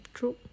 True